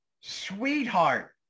sweetheart